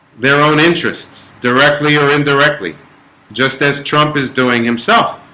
their own interests directly or indirectly just as trump is doing himself